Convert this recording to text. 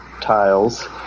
tiles